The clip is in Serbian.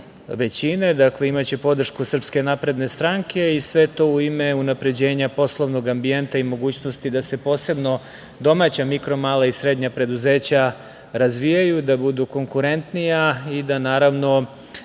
većine. Dakle, imaće podršku SNS i sve to u ime unapređenja poslovnog ambijenta i mogućnosti da se posebno domaća, mikro-mala i srednja preduzeća razvijaju, da budu konkurentnija, i da naravno